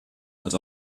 als